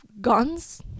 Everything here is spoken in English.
guns